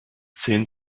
zehn